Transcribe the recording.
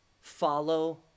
Follow